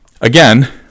again